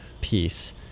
piece